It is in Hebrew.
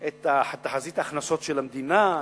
את תחזית ההכנסות של המדינה,